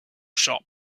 shop